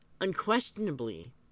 Unquestionably